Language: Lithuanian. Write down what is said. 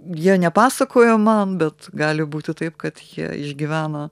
jie nepasakojo man bet gali būti taip kad jie išgyvena